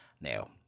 Now